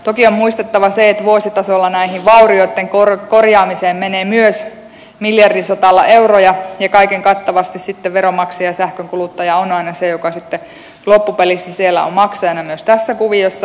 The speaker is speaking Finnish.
toki on muistettava se että vuositasolla vaurioitten korjaamiseen menee myös miljardisotalla euroja ja kaiken kattavasti veronmaksaja sähkönkuluttaja on aina se joka sitten loppupelissä on maksajana myös tässä kuviossa